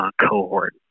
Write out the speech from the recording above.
cohort